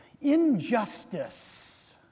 Injustice